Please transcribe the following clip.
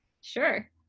Sure